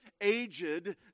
aged